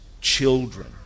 children